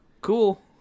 Cool